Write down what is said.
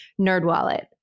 NerdWallet